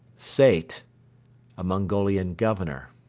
sait a mongolian governor.